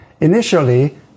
Initially